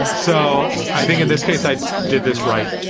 and so i think in this case i did this right,